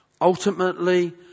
Ultimately